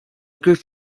group